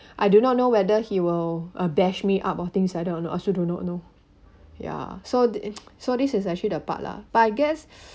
I do not know whether he will uh bash me up or things like that I also do not know ya so so this is actually the part lah but I guess